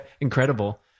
Incredible